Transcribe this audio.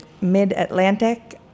mid-Atlantic